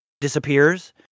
disappears